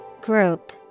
Group